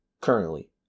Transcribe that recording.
currently